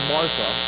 Martha